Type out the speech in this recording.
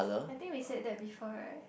I think we said that before right